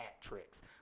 Tricks